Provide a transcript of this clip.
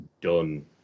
done